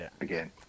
again